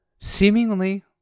Seemingly